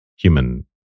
human